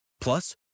Plus